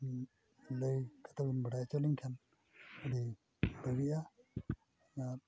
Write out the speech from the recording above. ᱞᱟᱹᱭ ᱠᱟᱛᱮᱫ ᱵᱤᱱ ᱵᱟᱲᱟᱭ ᱦᱚᱪᱚ ᱞᱤᱧ ᱠᱷᱟᱱ ᱟᱹᱰᱤ ᱵᱷᱟᱹᱜᱤᱜᱼᱟ ᱟᱨ